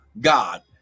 God